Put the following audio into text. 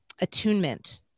attunement